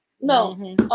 no